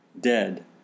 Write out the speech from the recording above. dead